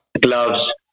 gloves